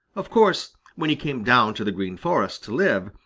of course, when he came down to the green forest to live,